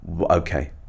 okay